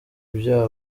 bya